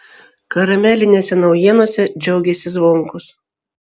karamelinėse naujienose džiaugėsi zvonkus